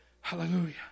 Hallelujah